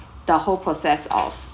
the whole process of